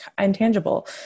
intangible